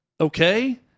okay